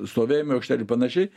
stovėjimo aikštelių ir panašiai